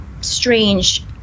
strange